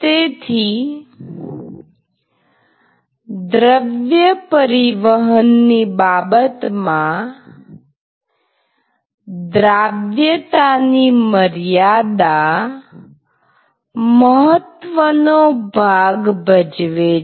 તેથી દ્રવ્ય પરિવહનની બાબતમાં દ્રાવ્યતા ની મર્યાદા મહત્વનો ભાગ ભજવે છે